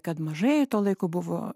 kad mažai to laiko buvo